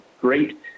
great